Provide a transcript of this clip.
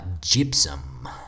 gypsum